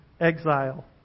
exile